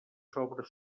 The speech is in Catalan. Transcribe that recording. sobre